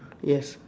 yes